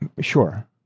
Sure